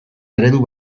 eredu